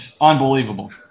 Unbelievable